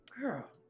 girl